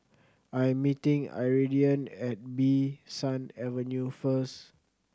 I am meeting Iridian at Bee San Avenue first